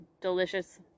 delicious